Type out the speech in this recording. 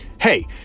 Hey